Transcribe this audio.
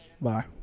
Bye